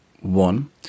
one